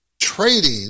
trading